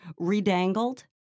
redangled